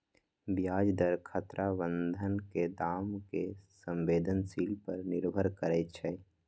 ब्याज दर खतरा बन्धन के दाम के संवेदनशील पर निर्भर करइ छै